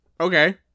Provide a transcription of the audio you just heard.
Okay